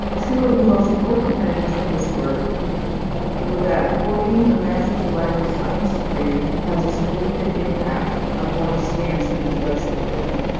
of the most important findings from this work were that holding a masters of library science degree has a significant impact on one's stance on intellectual freedom.